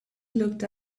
looked